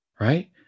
right